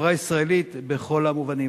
לחברה הישראלית בכל המובנים.